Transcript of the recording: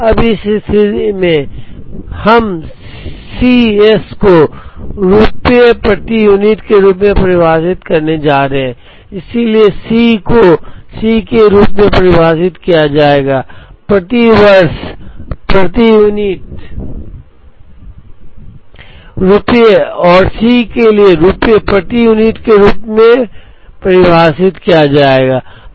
अब इस स्थिति में हम C s को रुपए प्रति यूनिट के रूप में परिभाषित करने जा रहे हैं इसलिए C को C के रूप में परिभाषित किया जाएगा प्रति वर्ष प्रति यूनिट रुपए और C के लिए रुपए प्रति यूनिट के रूप में परिभाषित किया जाएगा